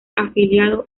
afiliado